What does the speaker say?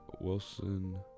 wilson